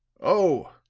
oh,